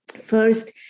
First